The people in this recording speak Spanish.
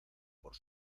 por